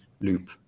loop